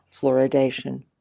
fluoridation